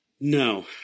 No